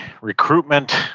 recruitment